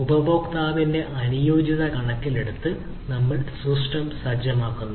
ഉപഭോക്താവിന്റെ അനുയോജ്യത കണക്കിലെടുത്ത് നമ്മൾ സിസ്റ്റം സജ്ജമാക്കുന്നു